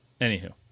anywho